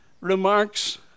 remarks